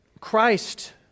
Christ